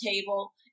table